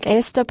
SW